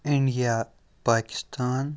India Pakistan